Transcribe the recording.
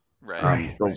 Right